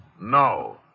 No